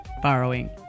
borrowing